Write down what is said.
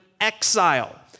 exile